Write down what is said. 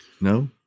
No